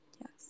Yes